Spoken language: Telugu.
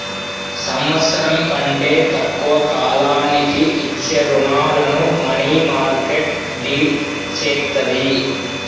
సంవత్సరం కంటే తక్కువ కాలానికి ఇచ్చే రుణాలను మనీమార్కెట్ డీల్ చేత్తది